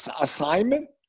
assignment